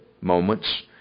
moments